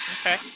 okay